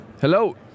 Hello